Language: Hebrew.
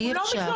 הוא לא מתלונן.